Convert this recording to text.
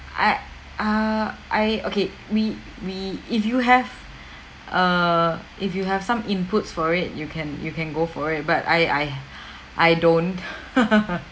I err I okay we we if you have err if you have some inputs for it you can you can go for it but I I I don't